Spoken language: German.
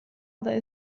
oder